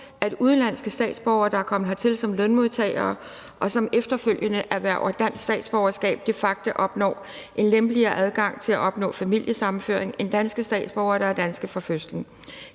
at udenlandske statsborgere, der er kommet hertil som lønmodtagere, og som efterfølgende erhverver dansk statsborgerskab, de facto opnår en lempeligere adgang til at opnå familiesammenføring end danske statsborgere, der er danske fra fødslen.